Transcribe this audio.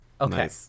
Okay